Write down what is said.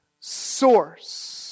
source